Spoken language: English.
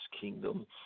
kingdom